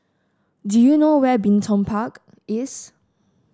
do you know where Bin Tong Park is